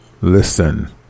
Listen